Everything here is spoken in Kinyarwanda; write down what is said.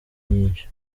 nyinshi